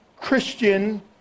Christian